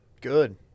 Good